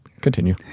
Continue